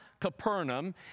Capernaum